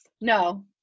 no